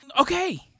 okay